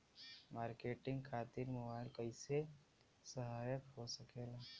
Marketing खातिर mobile कइसे सहायक हो सकेला?